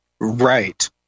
Right